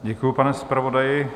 Děkuji, pane zpravodaji.